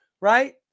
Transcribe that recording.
Right